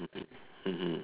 mmhmm